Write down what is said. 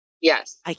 Yes